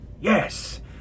Yes